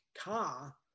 car